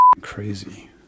crazy